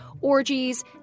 orgies